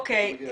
אוקי.